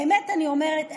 באמת אני אומרת,